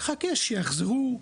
חכה שיחזרו.